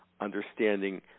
understanding